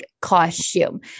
costume